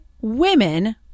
women